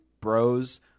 bros